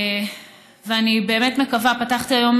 ואני באמת מקווה, פתחתי היום